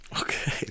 Okay